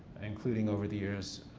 including over the years,